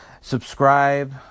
Subscribe